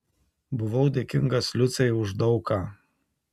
buvau dėkingas liucei už daug ką